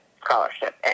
Scholarship